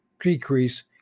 decrease